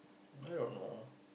I don't know